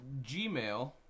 Gmail